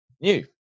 new